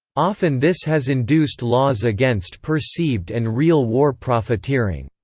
often this has induced laws against perceived and real war profiteering.